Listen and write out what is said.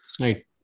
Right